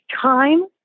time